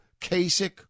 Kasich